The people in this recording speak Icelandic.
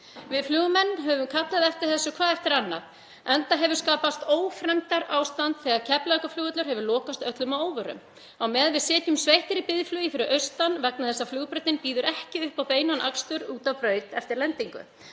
„Við flugmenn höfum kallað eftir þessu hvað eftir annað enda hefur skapast ófremdarástand þegar Keflavíkurflugvöllur hefur lokast öllum að óvörum á meðan við sitjum sveittir í biðflugi fyrir austan vegna þess að flugbrautin býður ekki upp á beinan akstur út af braut eftir lendingu.